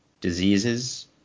diseases